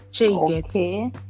okay